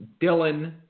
Dylan